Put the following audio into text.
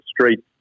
street